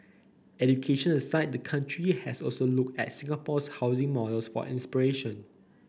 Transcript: education aside the country has also looked at Singapore's housing models for inspiration